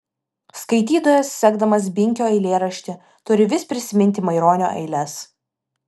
skaitytojas sekdamas binkio eilėraštį turi vis prisiminti maironio eiles